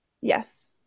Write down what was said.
Yes